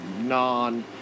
non